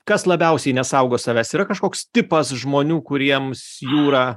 kas labiausiai nesaugo savęs yra kažkoks tipas žmonių kuriems jūra